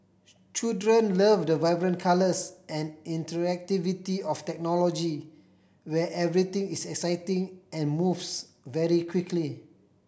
children love the vibrant colours and interactivity of technology where everything is exciting and moves very quickly